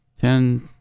ten